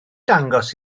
dangos